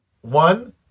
one